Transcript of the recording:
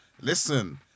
listen